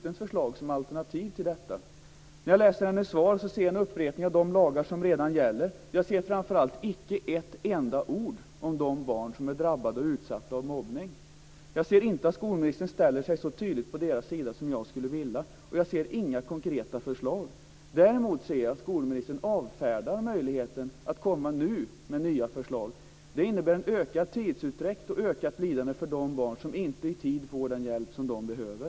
När jag läser hennes svar ser jag en upprepning av de lagar som redan gäller. Jag ser framför allt icke ett enda ord om de barn som är drabbade och utsatta av mobbning. Jag ser inte att skolministern ställer sig så tydligt på deras sida som jag skulle vilja. Jag ser inga konkreta förslag. Däremot ser jag att skolministern avfärdar möjligheten att komma nu med nya förslag. Det innebär en ökad tidsutdräkt och ökat lidande för de barn som inte i tid får den hjälp som de behöver.